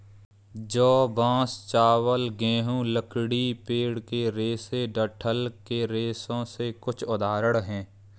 जौ, बांस, चावल, गेहूं, लकड़ी, पेड़ के रेशे डंठल के रेशों के कुछ उदाहरण हैं